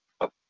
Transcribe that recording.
up